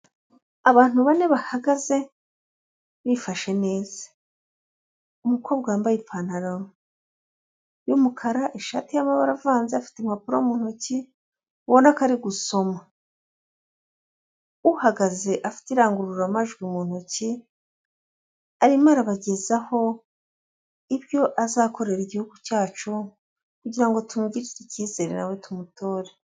Abantu bane bahagaze bifashe neza, umukobwa wambaye ipantaro y'umukara y'amabara aravanze afite impapuro mu ntoki ubona ko ari gusoma uhaga irangururamajwi mu ntoki arimo arabagezaho ibyo azakorera igihugu cyacu kugirango tumugirire ikizere, nawe tumutorere.